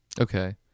okay